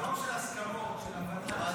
--- להסכמות של הוועדה.